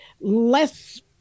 less